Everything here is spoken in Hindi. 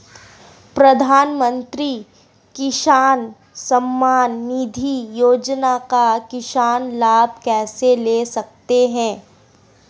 प्रधानमंत्री किसान सम्मान निधि योजना का किसान लाभ कैसे ले सकते हैं?